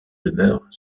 demeure